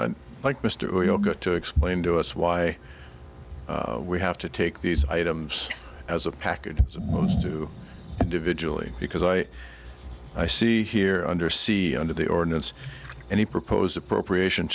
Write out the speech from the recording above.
good to explain to us why we have to take these items as a package to individually because i i see here under see under the ordinance and he proposed appropriation